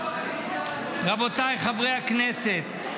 רבותיי חברי הכנסת,